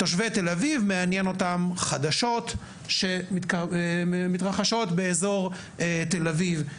תושבי תל אביב מעניין אותם חדשות שמתרחשות באזור תל אביב.